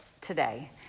today